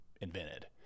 invented